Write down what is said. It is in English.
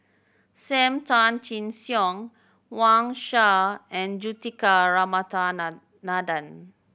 Sam Tan Chin Siong Wang Sha and Juthika